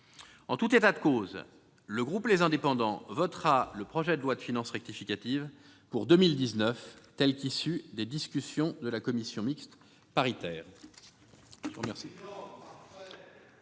En tout état de cause, le groupe Les Indépendants votera le projet de loi de finances rectificative pour 2019 tel qu'issu des discussions de la commission mixte paritaire.